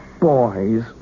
Boys